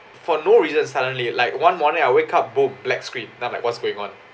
for no reason suddenly like one morning I wake up boom black screen and I'm like what's going on